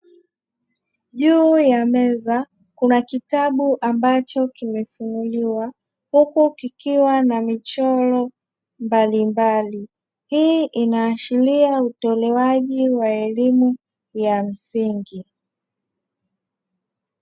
Juu ya meza kuna kitabu ambacho kimefunuliwa huku kikiwa na michoro mbalimbali, hii inaashiria utolewaji wa elimu ya msingi.